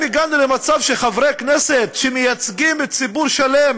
האם הגענו למצב שחברי כנסת שמייצגים ציבור שלם,